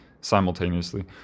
simultaneously